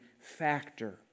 factor